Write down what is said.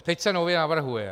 Teď se nově navrhuje.